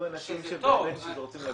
אם אנשים שהם בפרויקט שכבר רוצים לגור